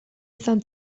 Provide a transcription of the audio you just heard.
izan